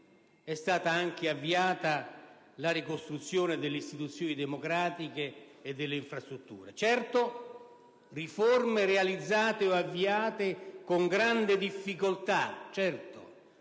è stata anche avviata la ricostruzione delle istituzioni democratiche e delle infrastrutture. Certo, si tratta di riforme realizzate o avviate con grande difficoltà,